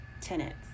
tenants